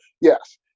yes